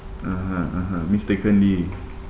(uh huh) (uh huh) mistakenly